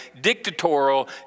dictatorial